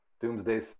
doomsday